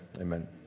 amen